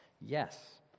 yes